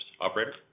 Operator